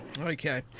Okay